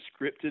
scripted